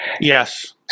Yes